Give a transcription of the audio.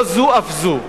לא זוּ אף זוּ.